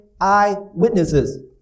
Eyewitnesses